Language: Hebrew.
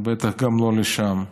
ובטח לא לשם.